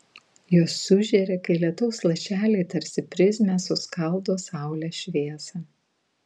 jos sužėri kai lietaus lašeliai tarsi prizmė suskaldo saulės šviesą